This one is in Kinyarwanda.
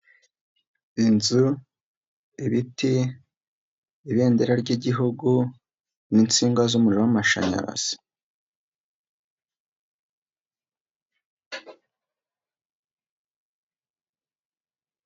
Inzu, ibiti, ibendera ry'igihugu n'insinga z'umuriro w'amashanyarazi.